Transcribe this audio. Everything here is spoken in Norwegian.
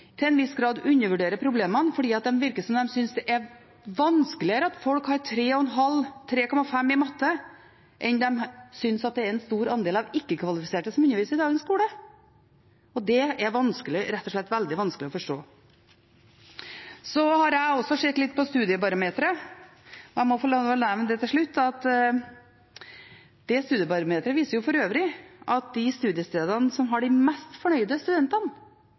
har en regjering som til en viss grad undervurderer problemene, for det virker som om de synes det er vanskeligere at folk har 3 i matte, enn at det er en stor andel ikke-kvalifiserte som underviser i dagens skole. Det er vanskelig, rett og slett veldig vanskelig, å forstå. Jeg har også sett litt på Studiebarometeret, og jeg må få lov til å nevne til slutt at Studiebarometeret viser at de studiestedene som har de mest fornøyde studentene,